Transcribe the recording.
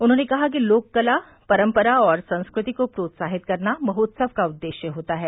उन्होंने कहा कि लोककला परम्परा और संस्कृति को प्रोत्साहित करना महोत्सव का उद्देश्य होता है